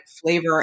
flavor